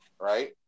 Right